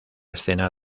escena